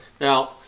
Now